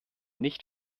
nicht